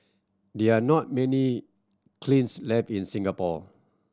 there are not many kilns left in Singapore